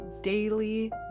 daily